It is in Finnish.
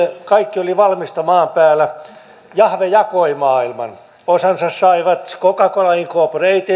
kaikki oli valmista maan päällä ja jahve jakoi maailman osansa saivat coca cola inc